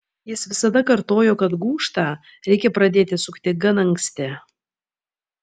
jis visada kartojo kad gūžtą reikia pradėti sukti gan anksti